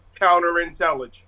counterintelligence